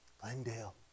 Glendale